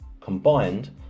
combined